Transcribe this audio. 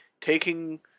Taking